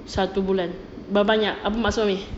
satu bulan berapa banyak apa maksud umi